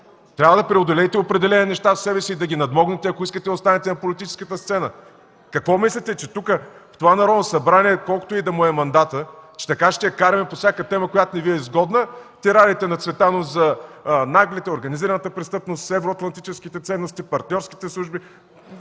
Трябва да преодолеете определени неща в себе си и да ги надмогнете, ако искате да останете на политическата сцена. Какво мислите – че в това Народно събрание, колкото и да му е мандатът, така ще я караме по всяка тема, която не Ви е изгодна – тирадите на Цветанов за Наглите, организираната престъпност, евроатлантическите ценности, партньорските служби?